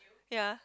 ya